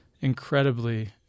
Incredibly